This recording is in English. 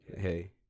Hey